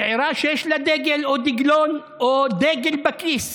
צעירה שיש לה דגל או דגלון או דגל בכיס.